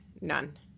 none